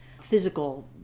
physical